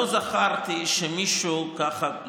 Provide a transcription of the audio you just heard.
לא זכרתי שמישהו ככה,